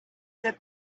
that